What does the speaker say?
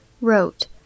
wrote